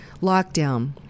lockdown